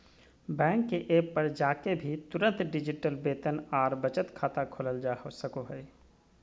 bank के app पर जाके भी तुरंत डिजिटल वेतन आर बचत खाता खोलल जा सको हय